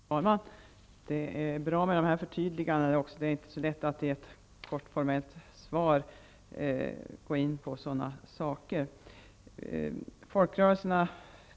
Fru talman! Det var bra att få dessa förtydliganden. Det är inte så lätt att i ett kort formellt svar reda ut sådana här frågor.